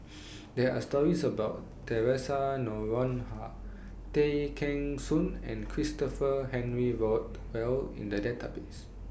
There Are stories about Theresa Noronha Tay Kheng Soon and Christopher Henry Rothwell in The Database